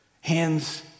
Hands